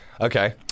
Okay